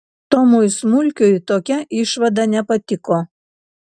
tomui smulkiui tokia išvada nepatiko